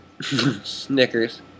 Snickers